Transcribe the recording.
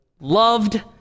loved